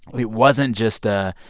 it wasn't just a,